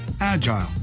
agile